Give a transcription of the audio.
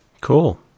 cool